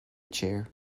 chair